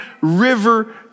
River